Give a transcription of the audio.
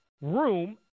room